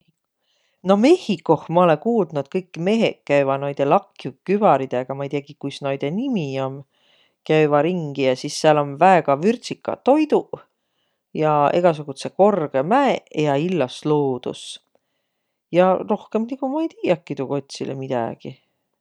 No mMehhikoh ma olõ kuuldnuq, et kõik meheq käüväq naidõ lakju kübäridega, ma ei tiäq, kuis naidõ nimi om, käüväq ringi. Ja sis sääl om väega vürdsikaq toiduq ja egäsugudsõq korgõ mäeq ja illos luudus. Ja rohkõmb nigu ma ei tiiäki tuu kotsilõ midägiq.